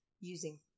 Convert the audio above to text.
using